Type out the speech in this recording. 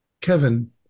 Kevin